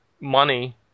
money